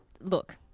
Look